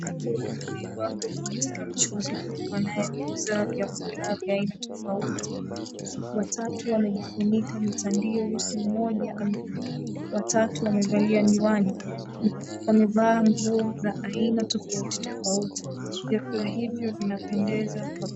Watu wengi wako katika mchuuzi huyu anayeuza vyakula vya aina tofauti. Watatu wamejifunika mitandio huku mmoja watatu wamevaa miwani. Wamevaa nguo za aina tofauti tofauti. Vyakula hivyo vinapendeza kwa